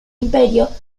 imperio